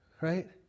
Right